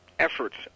efforts